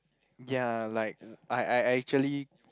ya like I I actually